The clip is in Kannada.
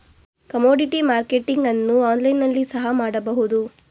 ಕಮೋಡಿಟಿ ಮಾರ್ಕೆಟಿಂಗ್ ಅನ್ನು ಆನ್ಲೈನ್ ನಲ್ಲಿ ಸಹ ಮಾಡಬಹುದು